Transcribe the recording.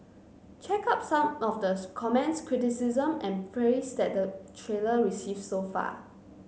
check out some of the comments criticism and praise that the trailer receive so far